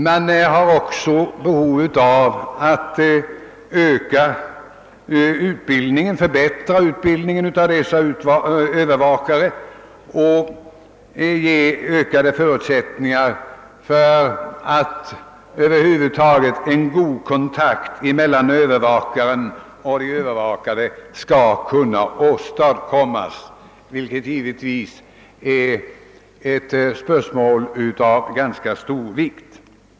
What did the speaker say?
Det är också behövligt att förbättra deras utbildning och därigenom ge dem ökade förutsättningar att hålla en god kontakt med de övervakade, vilket givetvis är ett spörsmål av stor vikt.